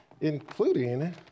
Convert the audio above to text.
including